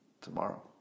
tomorrow